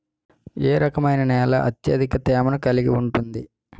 ఏ రకమైన నేల అత్యధిక తేమను కలిగి ఉంటుంది?